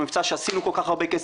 מבצע שעשינו כל כך הרבה כסף.